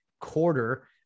quarter